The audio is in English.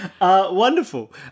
wonderful